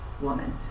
woman